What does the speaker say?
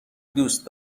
دوست